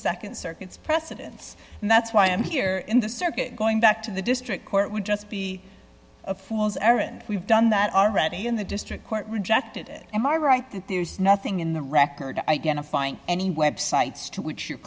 the nd circuit's precedence and that's why i'm here in the circuit going back to the district court would just be a fool's errand we've done that already in the district court rejected him are right that there's nothing in the record identifying any websites to which your